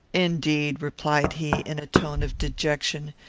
indeed, replied he, in a tone of dejection,